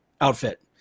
outfit